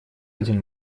один